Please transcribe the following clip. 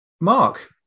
Mark